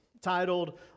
titled